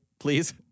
please